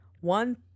one